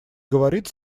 говорит